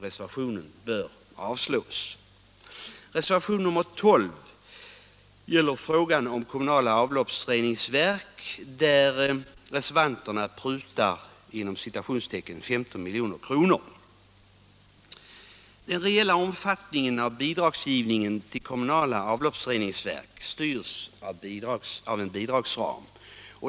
Reservationen bör avslås. Den reella omfattningen av bidragsgivningen till kommunala avloppsreningsverk styrs av en bidragsram.